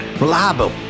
reliable